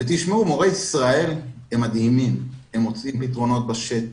מורי ישראל הם מדהימים, הם מוצאים פתרונות בשטח.